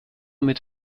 mit